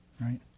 Right